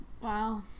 Wow